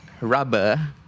Rubber